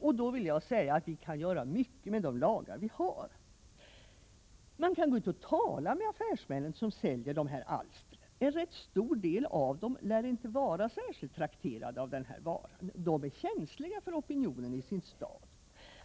Där vill jag säga att vi kan göra mycket redan med de lagar vi har. Man kan gå ut och tala med affärsmännen som säljer de här alstren. En rätt stor del av dem lär inte vara särskilt trakterade av den här varan. De är känsliga för opinionen i sin stad.